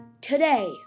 today